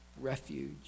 refuge